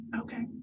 Okay